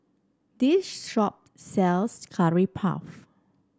this shop sells Curry Puff